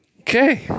Okay